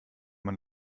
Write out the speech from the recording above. man